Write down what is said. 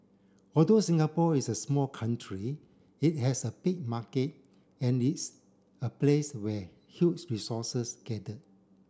although Singapore is a small country it has a big market and its a place where huge resources gather